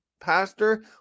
pastor